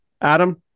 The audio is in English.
Adam